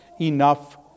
enough